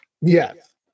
Yes